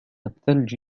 الثلج